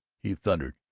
he thundered,